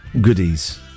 goodies